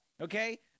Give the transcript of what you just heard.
Okay